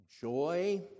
joy